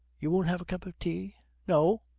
you won't have a cup of tea no.